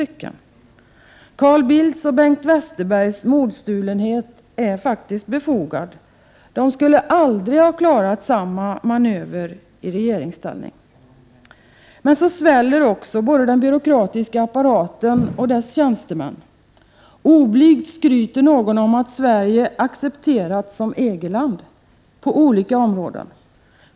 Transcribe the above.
Carl Bildts och Bengt Westerbergs modstulenhet är faktiskt befogad. De skulle aldrig ha klarat samma manöver i regeringsställning. Men så sväller också både den byråkratiska apparaten och dess tjänstemän. Oblygt skryter någon om att Sverige ”accepterats som EG-land” på olika områden.